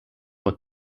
but